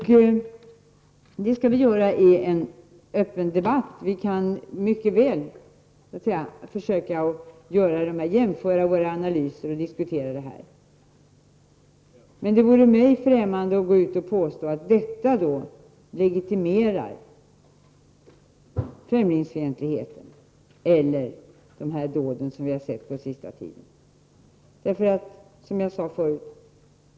Vi skall föra en öppen debatt. Vi kan mycket väl försöka jämföra våra analyser och diskutera dem, men det vore mig främmande att gå ut och påstå att vissa åtgärder legitimerar främlingsfientlighet eller sådana dåd som har begåtts den senaste tiden.